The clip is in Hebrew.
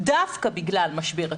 דווקא בגלל משבר הקורונה,